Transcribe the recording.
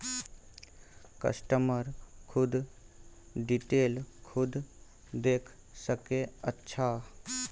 customer खुद detail खुद देख सके अच्छा